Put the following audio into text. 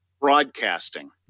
broadcasting